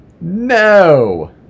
no